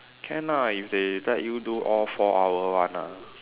can lah if they let you do all four hour one ah